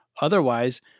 Otherwise